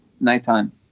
nighttime